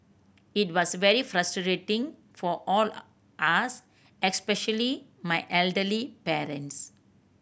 it was very frustrating for all us especially my elderly parents